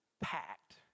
packed